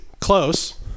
close